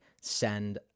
send